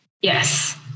Yes